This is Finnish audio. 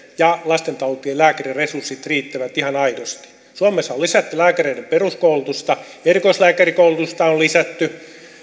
ja lastentautien lääkärien resurssit riittävät ihan aidosti suomessa on lisätty lääkäreiden peruskoulutusta erikoislääkärikoulutusta on lisätty